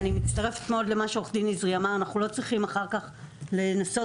אני מצטרפת מאוד למה שעורך דין נזרי אמר: אנחנו לא צריכים אחר כך לנסות,